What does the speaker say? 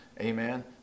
Amen